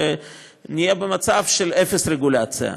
ונהיה במצב של אפס רגולציה.